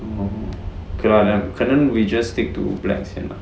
oh okay lah 可能 we just stick to black 先 ah